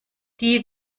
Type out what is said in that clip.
die